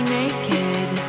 naked